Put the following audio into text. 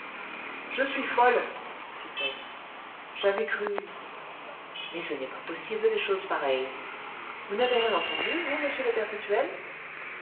je suis folle fit-elle j'avais cru mais ce n'est pas possible des choses pareilles vous n'avez rien entendu vous monsieur le perpétuel